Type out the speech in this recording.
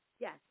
yes